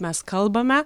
mes kalbame